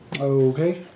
Okay